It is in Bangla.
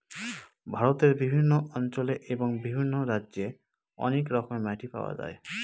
ভারতের বিভিন্ন অঞ্চলে এবং বিভিন্ন রাজ্যে অনেক রকমের মাটি পাওয়া যায়